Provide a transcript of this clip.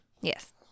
yes